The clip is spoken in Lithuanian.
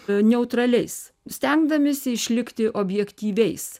neutraliais stengdamiesi išlikti objektyviais